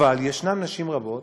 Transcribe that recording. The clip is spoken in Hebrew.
אבל יש נשים רבות